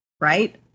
right